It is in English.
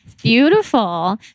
beautiful